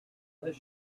this